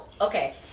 Okay